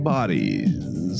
Bodies